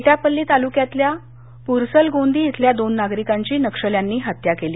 एटापल्ली तालुक्यातल्या पुरसलगोंदी श्वल्या दोन नागरिकांची नक्षल्यांनी हत्या केली